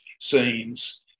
scenes